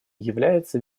является